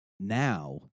Now